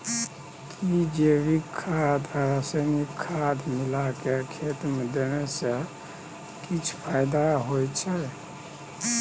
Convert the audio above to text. कि जैविक खाद आ रसायनिक खाद मिलाके खेत मे देने से किछ फायदा होय छै?